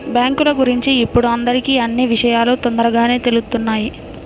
బ్యేంకుల గురించి ఇప్పుడు అందరికీ అన్నీ విషయాలూ తొందరగానే తెలుత్తున్నాయి